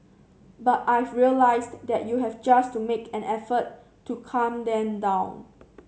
but I've realised that you just have to make an effort to calm them down